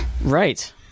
right